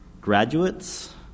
graduates